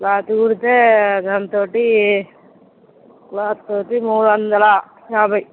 frock కుడితే దాంతో క్లాత్తో మూడువందల యాభై